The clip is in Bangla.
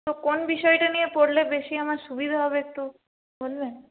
তো কোন বিষয়টা নিয়ে পড়লে বেশি আমার সুবিধা হবে একটু বলবেন